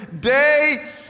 day